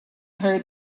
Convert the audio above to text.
heard